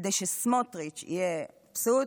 כדי שסמוטריץ' יהיה מבסוט